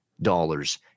dollars